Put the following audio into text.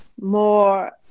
more